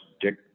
Dick